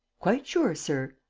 quite sure, sir.